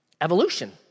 evolution